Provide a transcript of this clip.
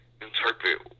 interpret